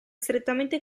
strettamente